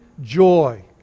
joy